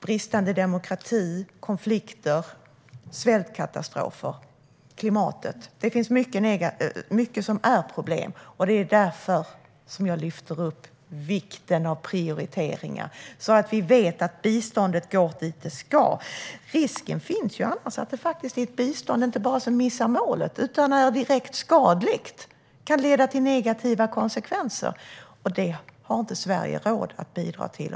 Bristande demokrati, konflikter, svältkatastrofer, klimatet - det finns många problem. Det är därför jag lyfter upp vikten av prioriteringar, så att vi vet att biståndet går dit det ska. Risken finns annars att det blir ett bistånd som inte bara missar målet utan som är direkt skadligt och kan leda till negativa konsekvenser. Sverige har inte råd att bidra till det.